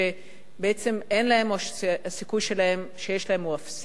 שבעצם אין להם או שהסיכוי שיש להם הוא אפסי.